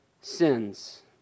sins